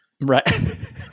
Right